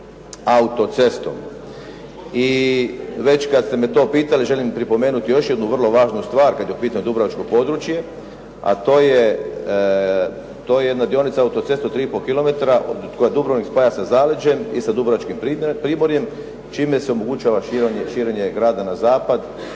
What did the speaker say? auto-cestom. I već kad ste me to pitali, želim pripomenuti još jednu vrlo važnu stvar, kad je u pitanju dubrovačko područje, a to je jedna dionica auto-ceste od 3,5 kilometra koja Dubrovnik spaja sa zaleđem i sa dubrovačkim primorjem, čime se omogućava širenje grada na zapad,